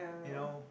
you know